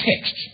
text